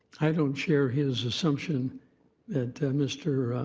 i don't share his assumption that mr.